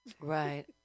Right